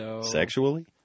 Sexually